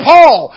Paul